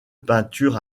peintures